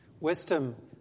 Wisdom